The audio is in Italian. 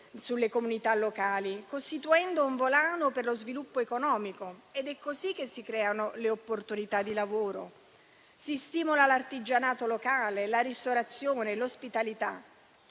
sulle comunità locali, costituendo un volano per lo sviluppo economico. Ed è così che si creano le opportunità di lavoro; si stimolano l'artigianato locale, la ristorazione, l'ospitalità;